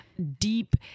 Deep